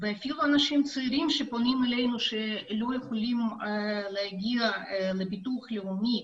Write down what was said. ואפילו אנשים צעירים שפונים אלינו שלא יכולים להגיע לביטוח לאומי,